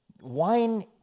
Wine